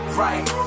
right